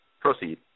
Proceed